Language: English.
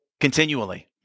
continually